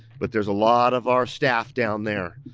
but there's a lot of our staff down there.